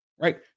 right